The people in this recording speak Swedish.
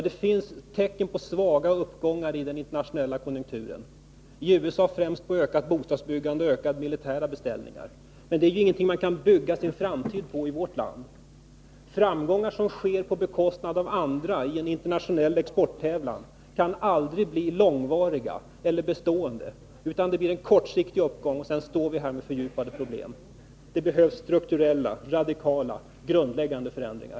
Det finns tecken på en svag uppgång i den internationella konjunkturen. I USA har främst bostadsbyggandet och militära beställningar ökat. Men det är ju ingenting man kan bygga sin framtid på i vårt land. Framgångar som sker på bekostnad av andra i den internationella exporttävlan kan aldrig bli bestående, utan det blir en kortsiktig uppgång. Sedan står vi med fördjupade problem. Det behövs strukturella, radikala, grundläggande förändringar.